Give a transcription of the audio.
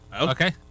Okay